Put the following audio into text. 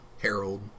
Harold